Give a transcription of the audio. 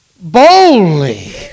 boldly